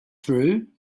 through